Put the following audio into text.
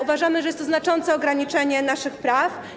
Uważamy, że jest to znaczące ograniczenie naszych praw.